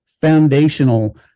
foundational